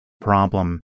problem